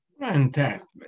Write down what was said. Fantastic